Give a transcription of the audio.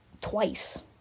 twice